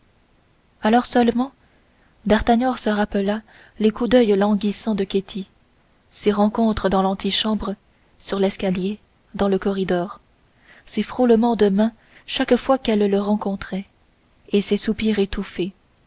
alors seulement d'artagnan se rappela les coups d'oeil languissants de ketty ses rencontres dans l'antichambre sur l'escalier dans le corridor ses frôlements de main chaque fois qu'elle le rencontrait et ses soupirs étouffés